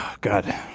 God